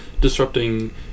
disrupting